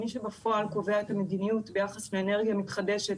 מי שבפועל קובע את המדיניות ביחס לאנרגיה מתחדשת